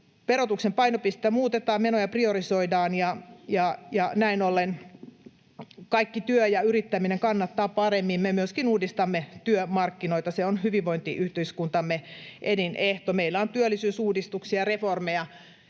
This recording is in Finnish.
verotuksen painopistettä muutetaan, menoja priorisoidaan ja näin ollen kaikki työ ja yrittäminen kannattaa paremmin. Me myöskin uudistamme työmarkkinoita. Se on hyvinvointiyhteiskuntamme elinehto. Meillä on työllisyysuudistuksia ja reformeja,